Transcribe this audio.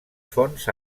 fonts